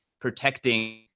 protecting